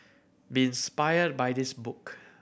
be inspired by this book